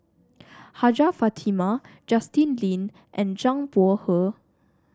Hajjah Fatimah Justin Lean and Zhang Bohe